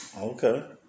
Okay